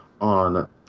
on